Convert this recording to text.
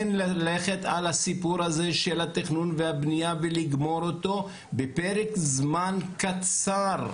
כן ללכת על הסיפור הזה של התכנון והבנייה ולגמור אותו בפרק זמן קצר,